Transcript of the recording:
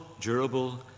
durable